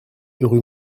rue